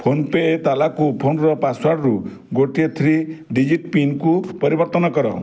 ମୋର ଫୋନ୍ପେ ତାଲାକୁ ଫୋନ୍ର ପାସୱାର୍ଡ଼ରୁ ଗୋଟିଏ ଥ୍ରୀ ଡିଜିଟ୍ ପିନ୍କୁ ପରିବର୍ତ୍ତନ କର